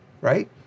Right